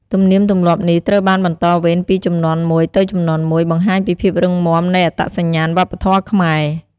ទំនៀមទម្លាប់នេះត្រូវបានបន្តវេនពីជំនាន់មួយទៅជំនាន់មួយ បង្ហាញពីភាពរឹងមាំនៃអត្តសញ្ញាណវប្បធម៌ខ្មែរ។